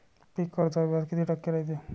पीक कर्जावर व्याज किती टक्के रायते?